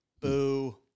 Boo